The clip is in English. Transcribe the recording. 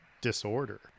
disorder